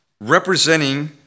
representing